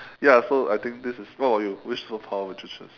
ya so I think this is what about you which superpower would you choose